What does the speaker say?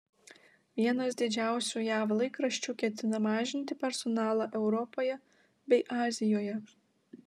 vienas didžiausių jav laikraščių ketina mažinti personalą europoje bei azijoje